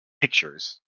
pictures